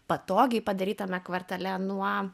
patogiai padarytame kvartale nuo